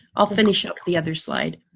i'll finish up the other slide.